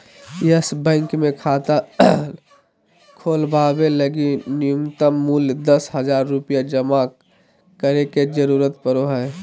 yes bank मे खाता खोलवावे लगी नुय्तम मूल्य दस हज़ार रुपया जमा करे के जरूरत पड़ो हय